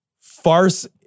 farce